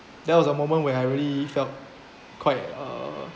that was a moment where I really felt quite uh